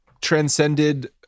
transcended